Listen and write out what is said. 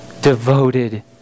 devoted